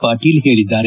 ಪಾಟೀಲ್ ಹೇಳಿದ್ದಾರೆ